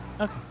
okay